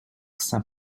saint